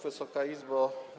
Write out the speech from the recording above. Wysoka Izbo!